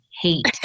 hate